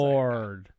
Lord